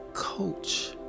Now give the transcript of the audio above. coach